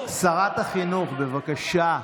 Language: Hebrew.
שרת החינוך, בבקשה.